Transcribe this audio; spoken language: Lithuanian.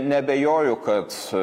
neabejoju kad